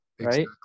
right